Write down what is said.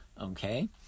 Okay